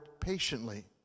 patiently